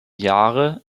jahre